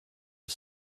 are